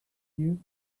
you